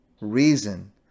reason